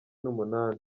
n’umunani